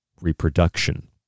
Reproduction